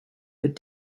but